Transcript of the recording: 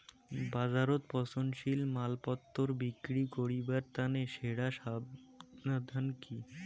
বাজারত পচনশীল মালপত্তর বিক্রি করিবার তানে সেরা সমাধান কি?